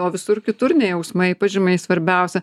o visur kitur ne jausmai pažymiai svarbiausia